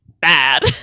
bad